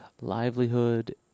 livelihood